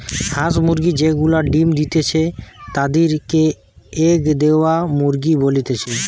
হাঁস মুরগি যে গুলা ডিম্ দিতেছে তাদির কে এগ দেওয়া মুরগি বলতিছে